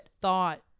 thought